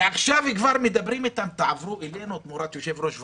ועכשיו כבר מדברים איתם: תעברו אלינו תמורת יושב-ראש ועדה,